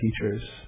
teachers